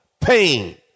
pain